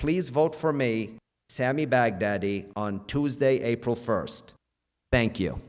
please vote for me sammy baghdadi on tuesday april first thank you